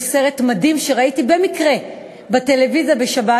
סרט מדהים שראיתי במקרה בטלוויזיה בשבת.